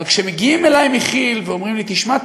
אבל כשמגיעים אלי מכי"ל ואומרים לי: תשמע,